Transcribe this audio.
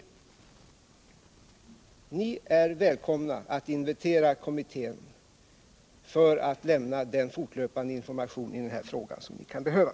Ni är alltså välkomna att invitera kommittén för att få den fortlöpande information i den här frågan som ni kan behöva.